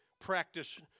practice